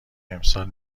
امسال